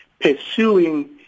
pursuing